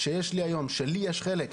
שלי יש חלק,